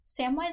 Samwise